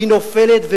היא נופלת,